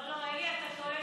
לא, אלי, אתה טועה,